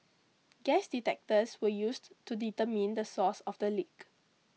gas detectors were used to determine the source of the leak